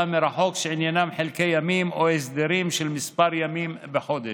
מרחוק שעניינם חלקי ימים או הסדרים של כמה ימים בחודש.